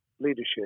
leadership